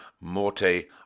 Morte